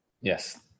Yes